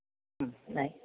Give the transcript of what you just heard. ഉം